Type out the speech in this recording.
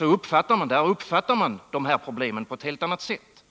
uppfattas de här problemen på ett helt annat sätt.